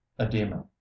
edema